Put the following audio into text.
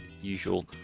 usual